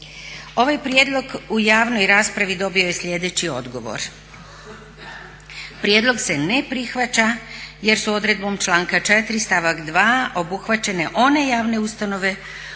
Ovaj prijedlog u javnoj raspravi dobio je slijedeći odgovor, prijedlog se ne prihvaća jer su odredbom članka 4. stavak 2.obuhvaćene one javne ustanove